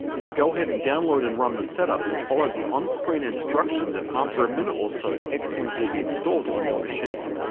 so, go ahead and download, and run the setup and follow the on-screen instructions, and, after a minute or so, xlink will be installed on your machine.